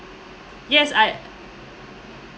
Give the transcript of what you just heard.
yes I